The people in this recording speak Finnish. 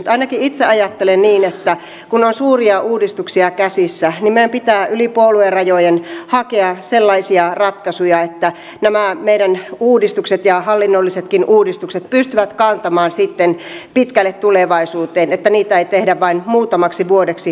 ainakin itse ajattelen niin että kun on suuria uudistuksia käsissä niin meidän pitää yli puoluerajojen hakea sellaisia ratkaisuja että nämä meidän uudistukset ja hallinnollisetkin uudistukset pystyvät kantamaan sitten pitkälle tulevaisuuteen että niitä ei tehdä vain muutamaksi vuodeksi kerrallaan